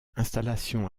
installation